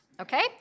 Okay